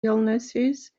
illnesses